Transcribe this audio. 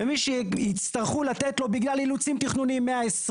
ומי שיצטרכו לתת לו, בגלל אילוצים תכנוניים, 120,